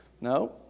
No